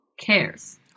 cares